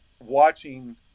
watching